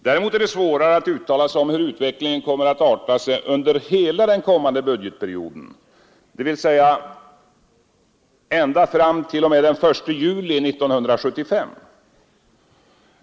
Däremot är det svårare att uttala sig om hur utvecklingen kan arta sig under hela den kommande budgetperioden, dvs. ända fram till den 1 juli 1975.